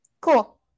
Cool